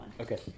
okay